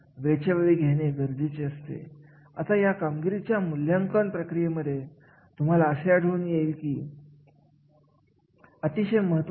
आणि जेव्हा पण ज्ञान कौशल्य जबाबदारी अनुभव याविषयी बोलत असतो तेव्हा आपल्याला या संबंधित असणाऱ्या आव्हानांचा सुद्धा विचार करावा लागतो